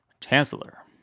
chancellor